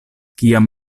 kiam